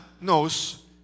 knows